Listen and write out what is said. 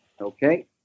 Okay